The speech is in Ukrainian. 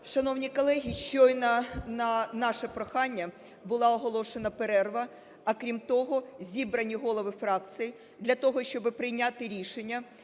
Шановні колеги, щойно на наше прохання була оголошена перерва, а, крім того, зібрані голови фракцій для того, щоб прийняти рішення